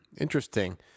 Interesting